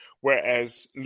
Whereas